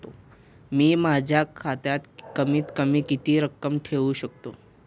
मी माझ्या खात्यात कमीत कमी किती रक्कम ठेऊ शकतो?